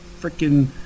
freaking